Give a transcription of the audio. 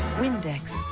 windex.